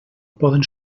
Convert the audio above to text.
poden